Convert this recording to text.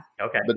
Okay